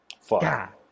Fuck